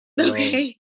okay